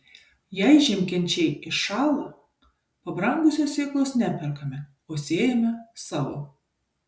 jei žiemkenčiai iššąla pabrangusios sėklos neperkame o sėjame savo